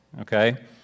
okay